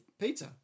pizza